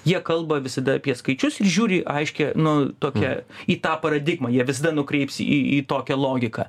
jie kalba visada apie skaičius ir žiūri aiškią nu tokią į tą paradigmą jie visada nukreips į į tokią logiką